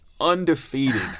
undefeated